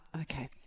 okay